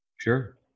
sure